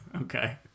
Okay